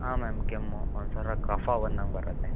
ಹಾಂ ಮ್ಯಾಮ್ ಕೆಮ್ಮು ಒಂಥರಾ ಕಫ ಬಂದಂಗೆ ಬರತ್ತೆ